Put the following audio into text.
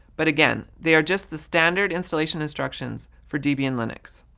but again, they are just the standard installation instructions for debian linux.